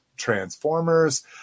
transformers